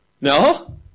No